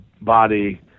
body